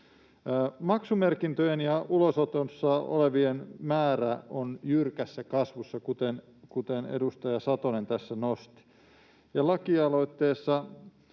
Maksumerkintöjen ja ulosotossa olevien määrä on jyrkässä kasvussa, kuten edustaja Satonen tässä nosti.